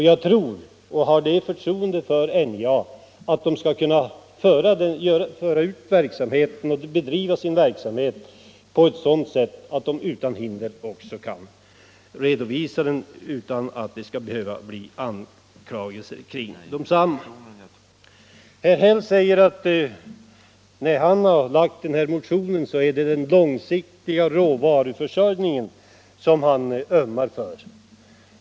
Jag har sådant förtroende för NJA att jag utgår från att företaget skall kunna bedriva sin verksamhet på ett sådant sätt att inga anklagelser kommer att behöva riktas mot det. Herr Häll säger att skälet till att han motionerat är att han ömmar för den långsiktiga råvaruförsörjningen.